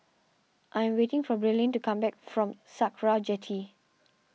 I am waiting for Brynlee to come back from Sakra Jetty